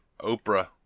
Oprah